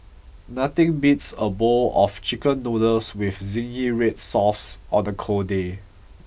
nothing beats a bowl of chicken noodles with zingy red sauce on a cold day